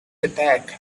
attack